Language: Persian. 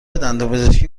دندانپزشکی